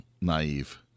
naive